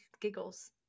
giggles